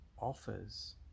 offers